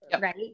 Right